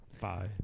bye